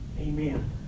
Amen